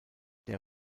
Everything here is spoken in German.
der